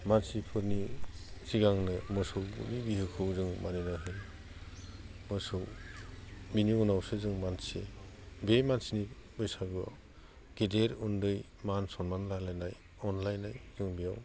मानसिफोरनि सिगांनो मोसौफोरनि बिहुखौ जोङो बानायनो हायो मोसौ बिनि उनावसो जोङो मानसि बे मानसिनि बैसागुआव गिदिर उन्दै मान सन्मान लालायनाय अनलायनाय दं बेयाव